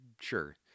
sure